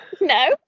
No